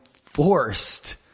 forced